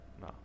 No